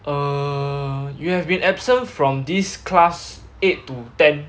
err you have been absent from this class eight to ten